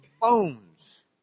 bones